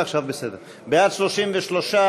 סתיו שפיר,